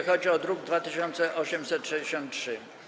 Chodzi o druk nr 2863.